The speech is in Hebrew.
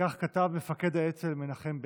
כך כתב מפקד האצ"ל מנחם בגין.